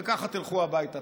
וככה תלכו הביתה.